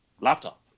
laptop